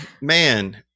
man